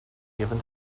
given